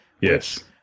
Yes